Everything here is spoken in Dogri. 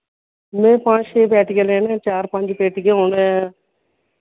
मैं पंज छे पेटियां लेने चार पंज पेटियां होन